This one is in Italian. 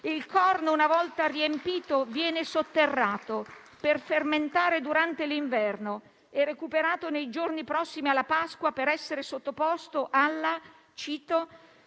Il corno, una volta riempito, viene sotterrato per fermentare durante l'inverno e recuperato nei giorni prossimi alla Pasqua per essere sottoposto alla - cito